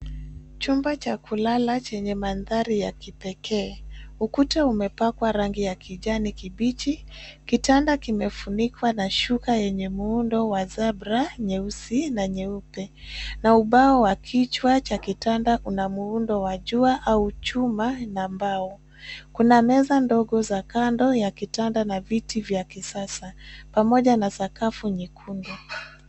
Chumba cha kulala chenye mandhari ya kipekee. Ukuta umepakwa rangi ya kijani kibichi. Kitanda kimefunikwa na shuka yenye muundo wa zebra nyeusi na nyeupe na ubao wa kichwa cha kitanda una muundo wa jua au chuma na mbao. Kuna meza ndogo za kando ya kitanda na viti vya kisasa pamoja na sakafu nyekundu.